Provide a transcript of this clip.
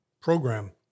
program